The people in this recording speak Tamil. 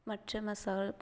மற்ற மசாலா